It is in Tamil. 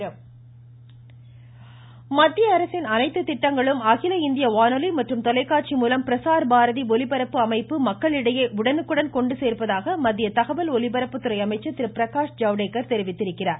ம் ம் ம் ம் ம் ம பிரகாஷ் ஐவுடேகர் மத்தியஅரசின் அனைத்து திட்டங்களும் அகில இந்திய வானொலி மற்றும் தொலைக்காட்சி மூலம் பிரசார் பாரதி ஒலிபரப்பு அமைப்பு மக்களிடையே உடனுக்குடன் கொண்டு சேர்ப்பதாக மத்திய தகவல் ஒலிபரப்புத்துறை அமைச்சர் திரு பிரகாஷ் ஜவுடேகர் தெரிவித்தார்